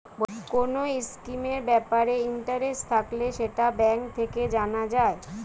কোন স্কিমের ব্যাপারে ইন্টারেস্ট থাকলে সেটা ব্যাঙ্ক থেকে জানা যায়